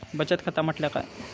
बचत खाता म्हटल्या काय?